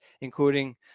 including